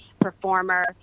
performer